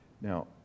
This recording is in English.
Now